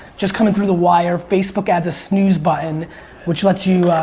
just coming through the wire, facebook adds a snooze button which lets you,